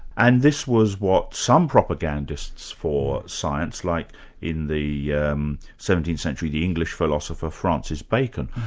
and this was what some propagandists for science, like in the yeah um seventeenth century the english philosopher, francis bacon,